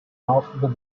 after